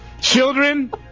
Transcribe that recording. children